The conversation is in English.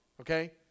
Okay